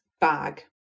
bag